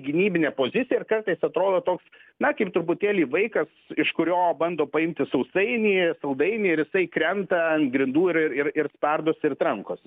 gynybinę poziciją ir kartais atrodo toks na kaip truputėlį vaikas iš kurio bando paimti sausainį saldainį ir jisai krenta ant grindų ir ir ir spardosi ir trankosi